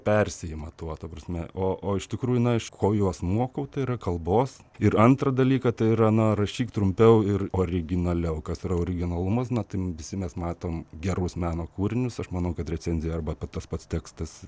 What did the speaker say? persiima tuo ta prasme o o iš tikrųjų na aš ko juos mokau tai yra kalbos ir antrą dalyką tai yra na rašyk trumpiau ir originaliau kas yra originalumas na tai visi mes matom gerus meno kūrinius aš manau kad recenzija arba tas pats tekstas